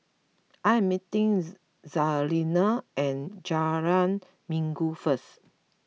I am meeting Jazlene at Jalan Minggu first